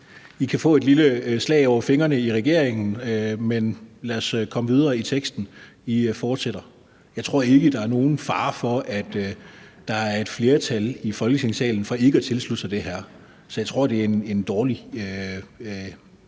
I kan få et lille slag over fingrene i regeringen, men lad os komme videre i teksten; I fortsætter. Jeg tror ikke, der er nogen fare for, at der er et flertal i Folketingssalen for ikke at tilslutte sig det her. Så jeg tror, det er en dårlig